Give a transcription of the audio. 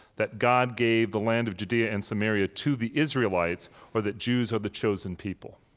that god gave the land of judea and samaria to the israelites or that jews are the chosen people